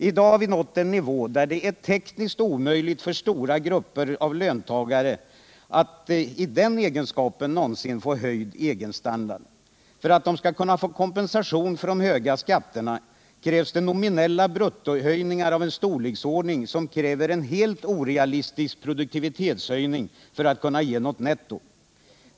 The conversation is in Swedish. I dag har vi nått en nivå, där det är tekniskt omöjligt för stora grupper av löntagare att i den egenskapen någonsin få en höjning av egenstandarden. För att de skall kunna få kompensation för de höga marginalskatterna och för att det över huvud taget skall bli något netto krävs det nominella bruttohöjningar av en storleksordning som förutsätter en helt orealistisk produktivitetshöjning.